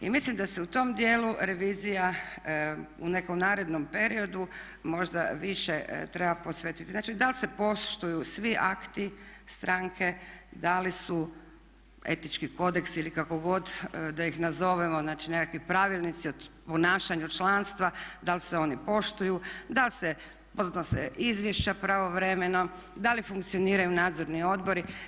I mislim da se u tom dijelu revizija u nekom narednom periodu možda više treba posvetiti, znači da li se poštuju svi akti stranke, da li su etički kodeks ili kako god da ih nazovemo, znači nekakvi pravilnici o ponašanju članstva da li se oni poštuju, da li se podnose izvješća pravovremeno, da li funkcioniraju nadzorni odbori.